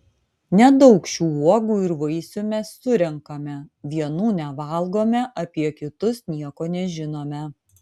nedaug šių uogų ir vaisių mes surenkame vienų nevalgome apie kitus nieko nežinome